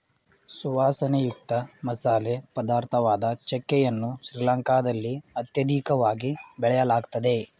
ಸುವಾಸನೆಯುಕ್ತ ಮಸಾಲೆ ಪದಾರ್ಥವಾದ ಚಕ್ಕೆ ಯನ್ನು ಶ್ರೀಲಂಕಾದಲ್ಲಿ ಅತ್ಯಧಿಕವಾಗಿ ಬೆಳೆಯಲಾಗ್ತದೆ